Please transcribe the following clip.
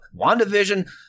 WandaVision